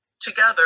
together